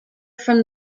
from